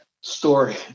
Story